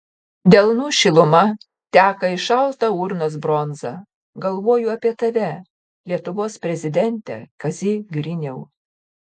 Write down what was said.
delnų šiluma teka į šaltą urnos bronzą galvoju apie tave lietuvos prezidente kazy griniau